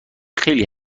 خیلی